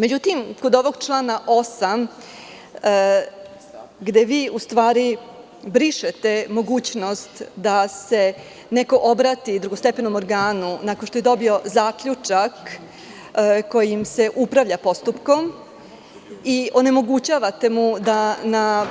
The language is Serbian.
Međutim, kod ovog člana 8, gde vi u stvari brišete mogućnost da se neko obrati drugostepenom organu, nakon što je dobio zaključak kojim se upravlja postupkom i onemogućavate mu da na